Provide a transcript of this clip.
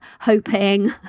hoping